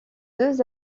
deux